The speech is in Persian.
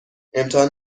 امتحان